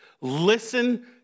listen